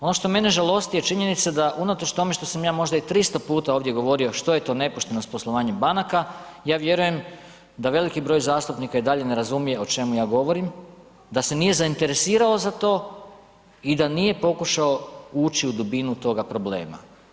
Ono što mene žalosti je činjenica da unatoč tome što sam ja možda i 300x ovdje govorio što je to nepoštenost poslovanja banaka ja vjerujem da veliki broj zastupnika i dalje ne razumije o čemu ja govorim, da se nije zainteresirao za to i da nije pokušao ući u dubinu toga problema.